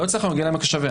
לא הצלחנו להגיע לעמק השווה.